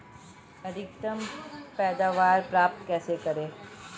अधिकतम पैदावार प्राप्त कैसे करें?